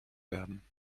werden